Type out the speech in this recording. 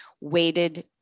weighted